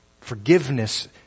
Forgiveness